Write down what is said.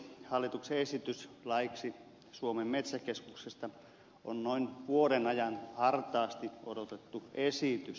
hallituksen esitys laiksi suomen metsäkeskuksesta on noin vuoden ajan hartaasti odotettu esitys